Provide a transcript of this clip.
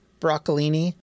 broccolini